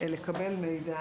לקבל מידע